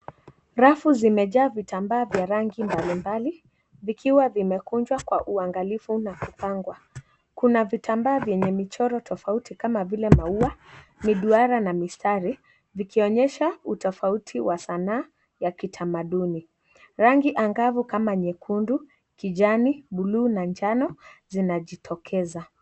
Rafu zimejaa vitambaa vya rangi mbalimbali vikiwa vimekunjwa kwa uangalifu na kupangwa. Kuna vitambaa vyenye michoro tofauti kama vile maua, viduara na mistari vikionyesha utofauti wa sanaa ya kitamaduni. rangi angavu kama nyekundu, kijani, buluu na njano zinajitokeza.